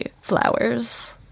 flowers